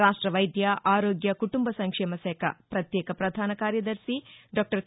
రాష్ట్ష వైద్య ఆరోగ్య కుటుంబ సంక్షేమ శాఖ పత్యేక పధాన కార్యదర్శి దాక్టర్ కే